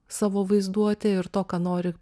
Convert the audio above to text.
savo vaizduotėj ir to ką nori